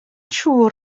siŵr